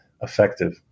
effective